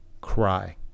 cry